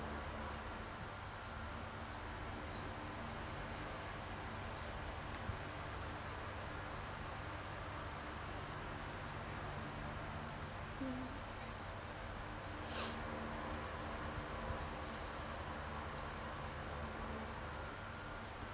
mmhmm